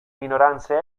minoranze